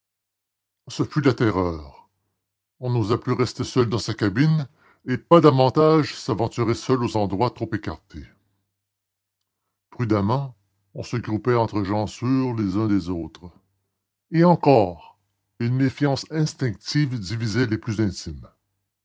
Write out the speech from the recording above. ce fut la terreur on n'osa plus rester seul dans sa cabine et pas davantage s'aventurer seul aux endroits trop écartés prudemment on se groupait entre gens sûrs les uns des autres et encore une défiance instinctive divisait les plus intimes